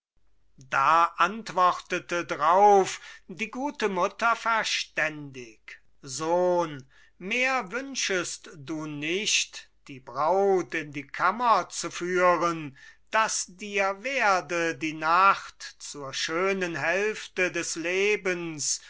da antwortete drauf die gute mutter verständig sohn mehr wünschest du nicht die braut in die kammer zu führen daß dir werde die nacht zur schönen hälfte des lebens